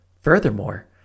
Furthermore